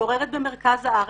שמתגוררת במרכז הארץ,